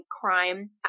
crime